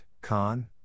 Khan